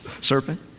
serpent